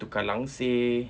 tukar langsir